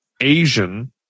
Asian